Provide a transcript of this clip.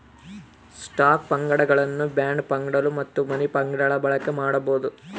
stock ಫಂಡ್ಗಳನ್ನು bond ಫಂಡ್ಗಳು ಮತ್ತು ಮನಿ ಫಂಡ್ಗಳ ಬಳಕೆ ಮಾಡಬೊದು